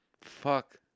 Fuck